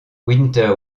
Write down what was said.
winter